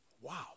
Wow